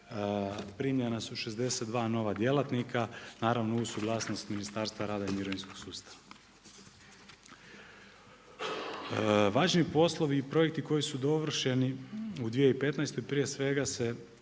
primljena su 62 nova djelatnika naravno uz suglasnost Ministarstva rada i mirovinskog sustava. Važni poslovi i projekti koji su dovršeni u 2015. prije svega se